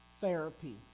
therapy